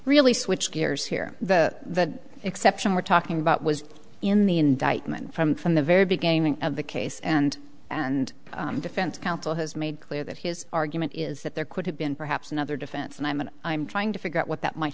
really switch gears here that exception we're talking about was in the indictment from from the very beginning of the case and and defense counsel has made clear that his argument is that there could have been perhaps another defense and i'm and i'm trying to figure out what that might